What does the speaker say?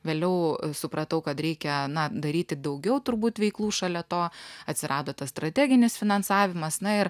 vėliau supratau kad reikia daryti daugiau turbūt veiklų šalia to atsirado tas strateginis finansavimas na ir